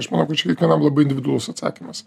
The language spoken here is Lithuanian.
aš manau kad čia kiekvienam labai individualus atsakymas